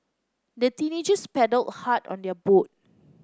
the teenagers paddled hard on their boat